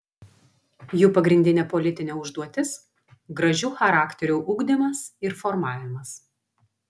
jų pagrindinė politinė užduotis gražių charakterių ugdymas ir formavimas